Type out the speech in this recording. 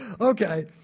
Okay